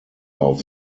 auf